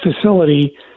facility